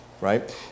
Right